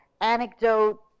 anecdote